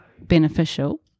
beneficial